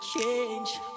Change